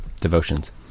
devotions